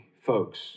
folks